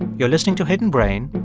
you're listening to hidden brain.